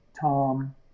Tom